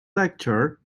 lecture